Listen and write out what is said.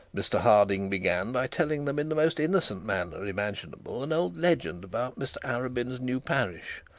mr harding began by telling them in the most innocent manner imaginable an old legend about mr arabin's new parish.